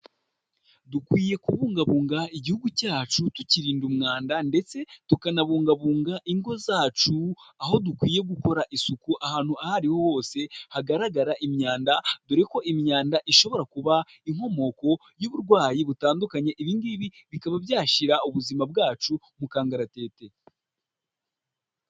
Dukwiye kubungabunga igihugu cyacu tukirinda umwanda, ndetse tukanabungabunga ingo zacu, aho dukwiye gukora isuku, ahantu aho ariho hose hagaragara imyanda, dore ko imyanda ishobora kuba inkomoko y'uburwayi butandukanye, ibi ngibi bikaba byashyira ubuzima bwacu mu kangaratete.